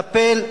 טפל.